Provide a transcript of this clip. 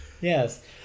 yes